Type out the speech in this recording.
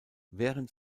während